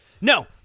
No